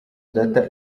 data